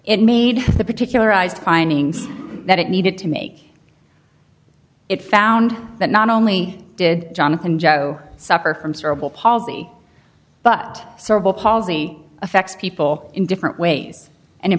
it made the particularized findings that it needed to make it found that not only did jonathan joe suffer from cerebral palsy but cerebral palsy affects people in different ways and in